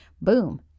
boom